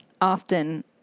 often